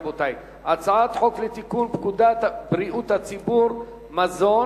רבותי: הצעת חוק לתיקון פקודת בריאות הציבור (מזון)